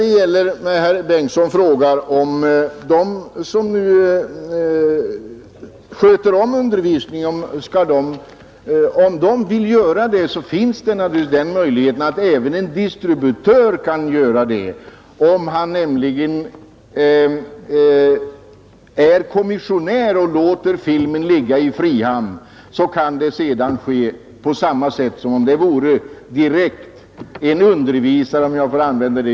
Naturligtvis kan de förmåner en ”undervisare” — om jag får använda det uttrycket — som importerar filmen har åtnjutas även av en distributör, nämligen om han är kommissionär och låter filmen ligga kvar i frihamn.